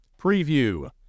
preview